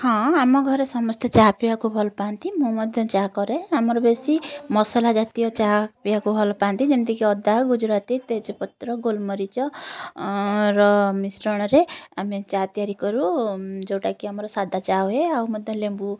ହଁ ଆମ ଘରେ ସମସ୍ତେ ଚାହା ପିଇବାକୁ ଭଲ ପାଆନ୍ତି ମୁଁ ମଧ୍ୟ ଚା କରେ ଆମର ବେଶୀ ମସଲା ଜାତୀୟ ଚାହା ପିଇବାକୁ ଭଲ ପାଆନ୍ତି ଯେମିତିକି ଅଦା ଗୁଜୁରାତି ତେଜପତ୍ର ଗୋଲମରିଚର ମିଶ୍ରଣରେ ଆମେ ଚା ତିଆରି କରୁ ଯେଉଁଟାକି ଆମର ସାଦା ଚା ହୁଏ ଆଉ ମୋତେ ଲେମ୍ବୁ